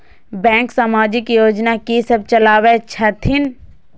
Bank समाजिक योजना की सब चलावै छथिन?